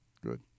Good